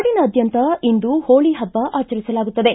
ನಾಡಿನಾದ್ಯಂತ ಇಂದು ಹೋಳ ಹಬ್ಬ ಆಚರಿಸಲಾಗುತ್ತದೆ